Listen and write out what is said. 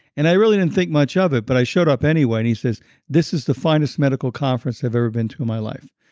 and i really didn't think much of it but i showed up anyway. and he says this is the finest medical conference i've ever been to in my life.